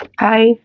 Hi